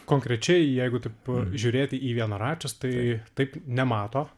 konkrečiai jeigu taip žiūrėti į vienaračius tai taip nemato